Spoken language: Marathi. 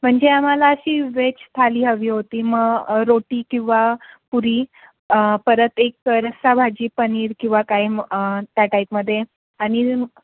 म्हणजे आम्हाला अशी व्हेज थाली हवी होती मग रोटी किंवा पुरी परत एक रस्सा भाजी पनीर किंवा काही त्या टाईपमध्ये आणि